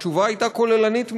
התשובה הייתה כוללנית מדי,